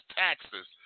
taxes